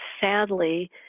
sadly